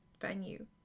venue